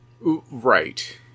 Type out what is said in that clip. Right